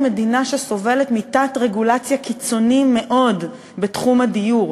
מדינה שסובלת מתת-רגולציה קיצונית מאוד בתחום הדיור.